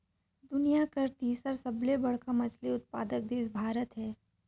दुनिया कर तीसर सबले बड़खा मछली उत्पादक देश भारत हे